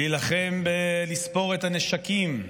להילחם בלספור את הנשקים,